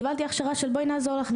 קיבלתי הכשרה של בואי נעזור לך,